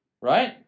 Right